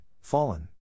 Fallen